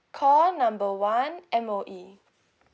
call number one M_O_E